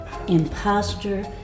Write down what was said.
Imposter